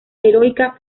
heroica